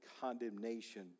condemnation